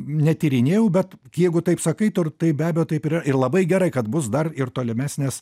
netyrinėjau bet jeigu taip sakai tur tai be abejo taip ir yra ir labai gerai kad bus dar ir tolimesnės